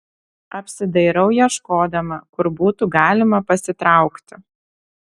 apsidairau ieškodama kur būtų galima pasitraukti